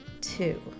two